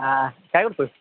हां काय करतो आहे